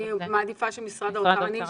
אני מעדיפה שמשרד האוצר ישיב.